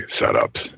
setups